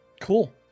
Cool